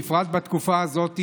בפרט בתקופה הזאת,